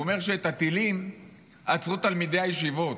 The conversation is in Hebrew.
הוא אומר שאת הטילים עצרו תלמידי הישיבות.